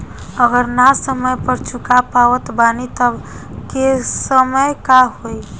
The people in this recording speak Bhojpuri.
अगर ना समय पर चुका पावत बानी तब के केसमे का होई?